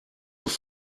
auf